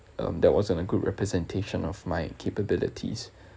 um that wasn't a good representation of my capabilities